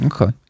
Okay